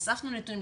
הוספנו נתונים,